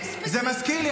זה מזכיר לי,